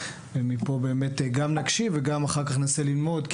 ומפה באמת גם נקשיב וגם אחר כך ננסה ללמוד,